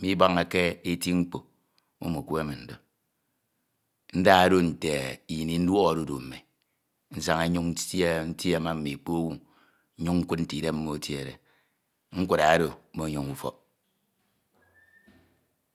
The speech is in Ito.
mibañake eti mkpo umukwe min do. Ndu oro nte nte ini nduok ọdudu mmi, nsaña nnyin nsie, ntie ma mme lkpo owu nnyim nkud nte idem mmo etiede, nkura oro menyoñ ufọk.